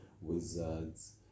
Wizards